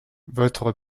votre